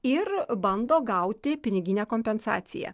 ir bando gauti piniginę kompensaciją